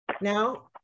Now